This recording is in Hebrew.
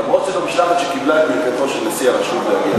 למרות שזו משלחת שקיבלה את ברכתו של נשיא הרשות להגיע.